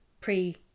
pre